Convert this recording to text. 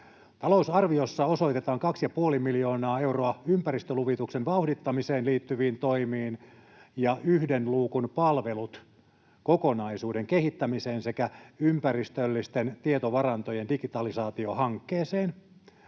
Talousarviossa osoitetaan 2,5 miljoonaa euroa ympäristöluvituksen vauhdittamiseen liittyviin toimiin ja yhden luukun palvelut -kokonaisuuden kehittämiseen sekä ympäristöllisten tietovarantojen digitalisaatiohankkeeseen.